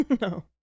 No